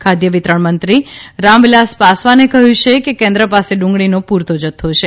ખાદ્ય વિતરણ મંત્રી રામવિલાસ પાસવાને કહ્યું છે કે કેન્દ્ર પાસે ડુંગળીનો પૂરતો જથ્થો છે